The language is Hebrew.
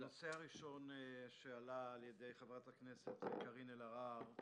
הנושא הראשון שעלה על ידי חברת הכנסת קארין אלהרר הוא